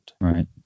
right